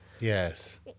yes